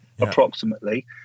approximately